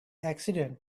accident